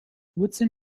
woodson